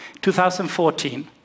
2014